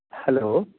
hello